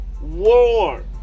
war